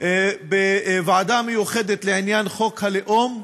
בוועדה המיוחדת לעניין חוק הלאום,